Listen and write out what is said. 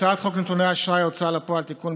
הצעת חוק נתוני אשראי ההוצאה לפועל (תיקון,